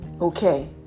okay